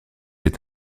est